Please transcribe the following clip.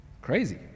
Crazy